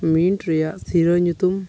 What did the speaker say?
mint ᱨᱮᱭᱟᱜ ᱥᱤᱨᱟᱹ ᱧᱩᱛᱩᱢ